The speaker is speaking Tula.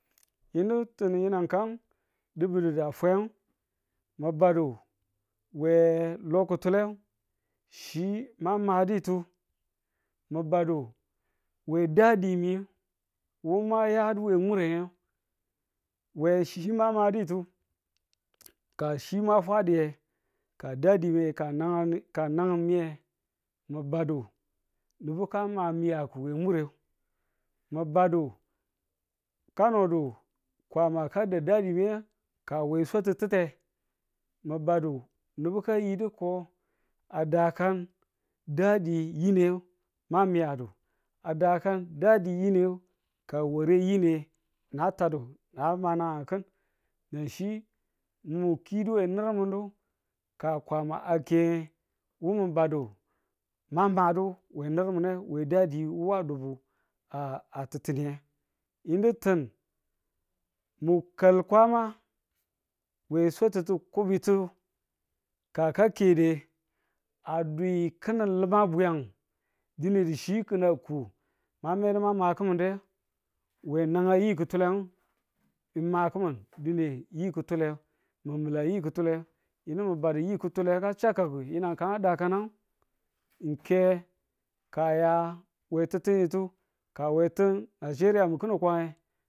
yinu tin yinang kan di̱bidu a fweyen, mi badu we lo kutule chi mamaditu mi badu we dadime wu ma yadu we mureye we chi ma maditu ka chi ma fwadiye ka dadiye ka nangang ka nangang me ye mi badu nubu ka ma miyaku we mure mi badu kanodu kwama ka da damiyu ka we sututtuye mi badu nubu kayidu ko a dakan dadi yine ma miyadu, a dakan dadi yineka ware yine na tadu niyan managang kin na chi mi kidu we nur munu ka Kwama a keye wu mi badu ma madu we nur minu we dadi ma wu a dubu a- a ti̱tiniye. yinu tin, mi kal Kwama we swatittu kobtu ka ka kede, a duyi kinin limang bwiyang dine chi kin a ku ma medu ma maki̱minde we nang yi kutule mi ma ki̱min dine yi kutule mi mila yi kutule yini mi badu yi kutule ka chakkaku yinang kan a dakanang wu ke ka a ya we tịttinitu ka a ya we Nageriya mi kinin kwange